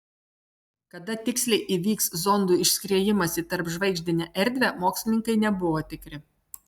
kada tiksliai įvyks zondų išskriejimas į tarpžvaigždinę erdvę mokslininkai nebuvo tikri